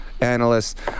analysts